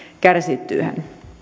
kärsittyään